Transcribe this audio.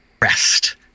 rest